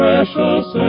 Precious